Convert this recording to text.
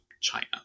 China